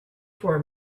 for